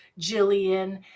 jillian